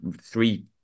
three